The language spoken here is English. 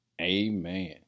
Amen